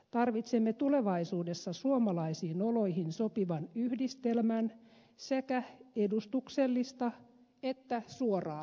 tarvitsemme tulevaisuudessa suomalaisiin oloihin sopivan yhdistelmän sekä edustuksellista että suoraa